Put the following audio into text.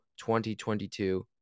2022